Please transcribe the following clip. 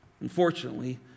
Unfortunately